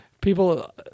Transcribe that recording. people